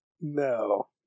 No